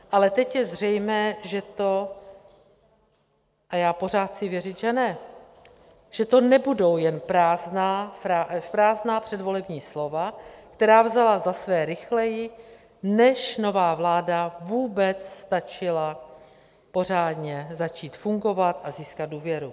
Ale teď je zřejmé, že to a já pořád chci věřit, že ne, že to nebudou jen prázdná předvolební slova, která vzala za své rychleji, než nová vláda vůbec stačila pořádně začít fungovat a získat důvěru.